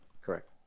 Correct